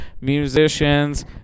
musicians